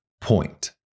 point